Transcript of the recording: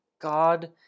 God